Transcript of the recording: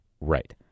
Right